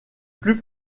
plus